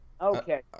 Okay